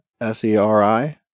S-E-R-I